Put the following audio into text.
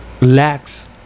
lacks